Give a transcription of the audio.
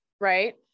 Right